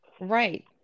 Right